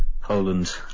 Poland